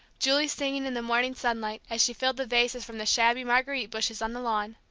julie singing in the morning sunlight, as she filled the vases from the shabby marguerite bushes on the lawn.